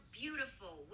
beautiful